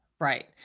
right